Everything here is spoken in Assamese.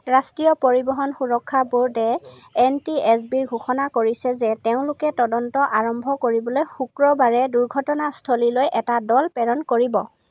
ৰাষ্টীয় পৰিবহন সুৰক্ষা বোৰ্ডে এন টি এছ বি ঘোষণা কৰিছে যে তেওঁলোকে তদন্ত আৰম্ভ কৰিবলৈ শুক্ৰবাৰে দুৰ্ঘটনাস্থলীলৈ এটা দল প্ৰেৰণ কৰিব